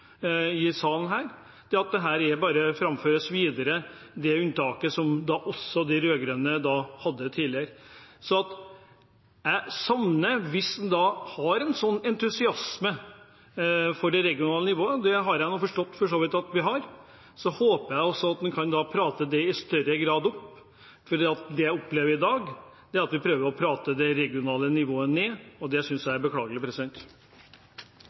i salen her, at det unntaket som også de rød-grønne hadde tidligere, bare framføres videre. Hvis en har en sånn entusiasme for det regionale nivået, og det har jeg for så vidt forstått at vi har, håper jeg at en i større grad kan prate det opp. Det jeg opplever i dag, er at en prøver å prate det regionale nivået ned, og det synes jeg er beklagelig.